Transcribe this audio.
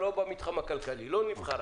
במתחם הכלכלי, שלא נבחרה.